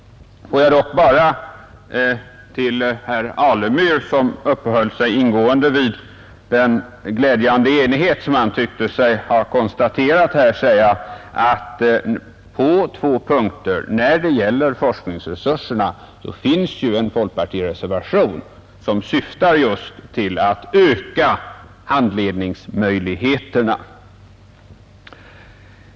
Får jag sedan till herr Alemyr, som uppehöll sig ingående vid den glädjande enighet som han tyckte sig ha konstaterat i utskottet, säga att på två punkter när det gäller forskningsresurserna har det ju ändå avgivits en folkpartireservation, som syftar just till att öka handledningsmöjligheterna.